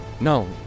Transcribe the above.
No